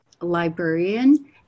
librarian